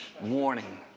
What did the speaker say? warning